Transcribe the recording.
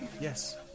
Yes